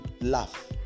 laugh